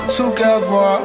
together